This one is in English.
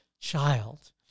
child